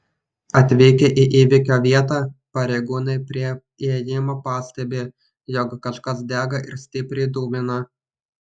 atvykę į įvykio vietą pareigūnai prie įėjimo pastebi jog kažkas dega ir stipriai dūmina